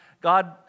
God